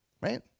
Right